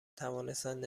توانستند